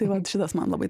tai vat šitas man labai